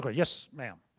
but yes, ma'am.